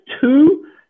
two